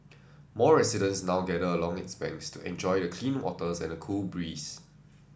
more residents now gather along its banks to enjoy the clean waters and the cool breeze